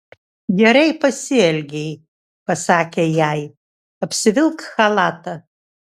gerai pasielgei pasakė jai apsivilk chalatą